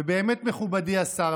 ובאמת מכובדי השר,